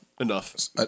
Enough